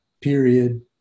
period